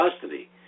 custody